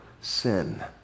sin